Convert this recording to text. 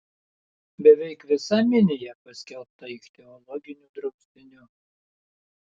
beveik visa minija paskelbta ichtiologiniu draustiniu